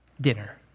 Dinner